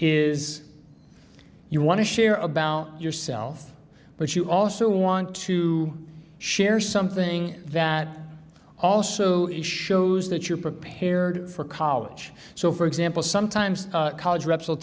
is you want to share about yourself but you also want to share something that also shows that you're prepared for college so for example sometimes college reps will